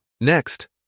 Next